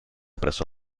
presso